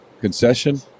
concession